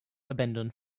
abandon